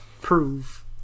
prove